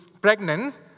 pregnant